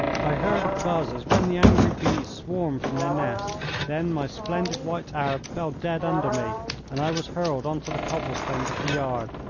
i heard a buzz as when the angry bees swarm from their nest. then my splendid white arab fell dead under me and i was hurled on to the cobble-stones of the yard,